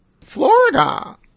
Florida